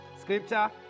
Scripture